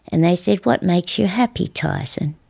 and they said, what makes you happy tyson?